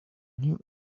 new